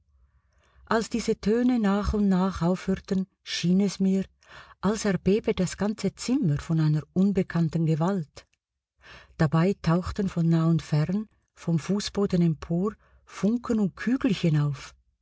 als diese töne nach und nach aufhörten schien es mir als erbebe das ganze zimmer von einer unbekannten gewalt dabei tauchten von nah und fern vom fußboden empor funken und kügelchen auf